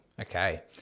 Okay